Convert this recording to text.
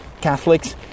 Catholics